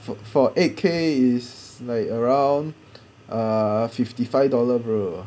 for for eight K is like around ah fifty five dollar bro